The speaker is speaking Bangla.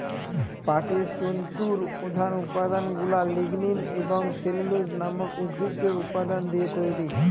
পাটের তন্তুর প্রধান উপাদানগুলা লিগনিন এবং সেলুলোজ নামক উদ্ভিজ্জ উপাদান দিয়ে তৈরি